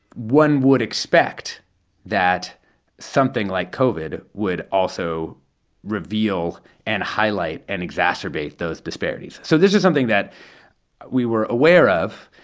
one would expect that something like covid would also reveal and highlight and exacerbate those disparities disparities so this is something that we were aware of.